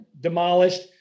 demolished